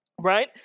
right